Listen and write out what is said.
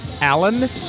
Allen